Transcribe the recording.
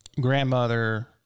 grandmother